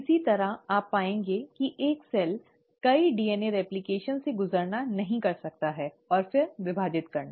इसी तरह आप पाएंगे कि एक सेल कई डीएनए प्रतिकृति से गुजरना नहीं कर सकता है और फिर विभाजित करना